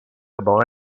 above